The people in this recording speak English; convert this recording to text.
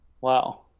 Wow